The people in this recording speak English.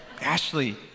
Ashley